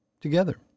Together